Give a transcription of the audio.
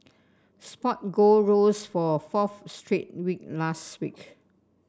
spot gold rose for a fourth straight week last week